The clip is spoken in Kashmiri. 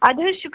اَدٕ حَظ شُک